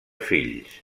fills